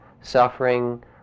suffering